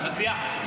לא, לסיעה שלו.